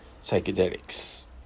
psychedelics